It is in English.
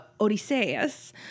Odysseus